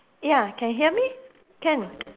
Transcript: ya can hear me can